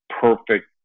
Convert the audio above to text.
perfect